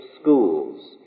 schools